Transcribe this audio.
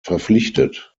verpflichtet